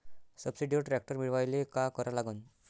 सबसिडीवर ट्रॅक्टर मिळवायले का करा लागन?